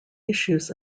issues